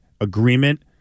agreement